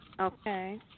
Okay